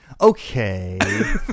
Okay